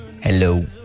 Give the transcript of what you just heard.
Hello